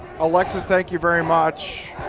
alexis, thank you very much.